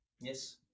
Yes